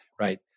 right